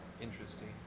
interesting